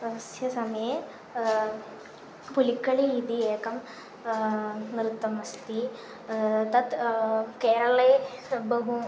तस्य समये पुलिक्कळि इति एकं नृत्यमस्ति तत् केरळे बहु